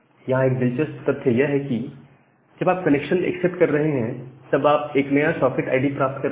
यहां एक दिलचस्प तथ्य यह है कि जब आप कनेक्शन एक्सेप्ट कर रहे हैं तब आप एक नया सॉकेट आईडी प्राप्त कर रहे हैं